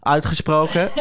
Uitgesproken